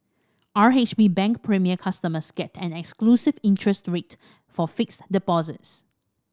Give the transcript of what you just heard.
R H B Bank Premier customers get an exclusive interest rate for fixed deposits